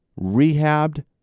rehabbed